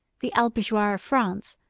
the albigeois of france,